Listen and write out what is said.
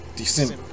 December